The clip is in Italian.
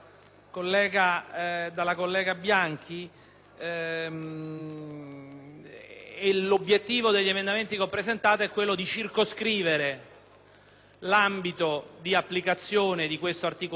L'obiettivo degli emendamenti che ho presentato è quello di circoscrivere l'ambito di applicazione dell'articolo 2, che - così com'è scritto - ha un'estensione